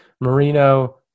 Marino –